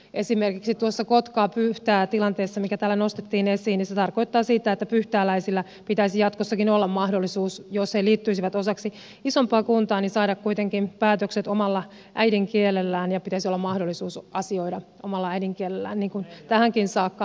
esimerkiksi tuossa kotkapyhtää tilanteessa mikä täällä nostettiin esiin se tarkoittaa sitä että pyhtääläisillä pitäisi jatkossakin olla mahdollisuus jos he liittyisivät osaksi isompaa kuntaa saada kuitenkin päätökset omalla äidinkielellään ja pitäisi olla mahdollisuus asioida omalla äidinkielellään niin kuin tähänkin saakka